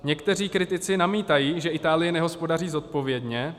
Někteří kritici namítají, že Itálie nehospodaří zodpovědně.